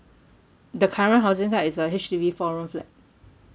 the current housing that is a H_D_B four room flat